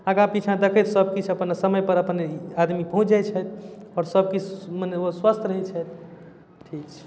आगाँ पिछाँ देखैत सबकिछु अपन समयपर अपन आदमी पहुँचि जाइ छथि आओर सबकिछु मने ओ स्वस्थ रहै छथि ठीक छै